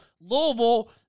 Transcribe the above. Louisville